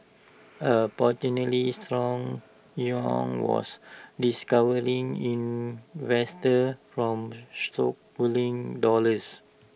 A potentially stronger yuan was discouraging investors from stockpiling dollars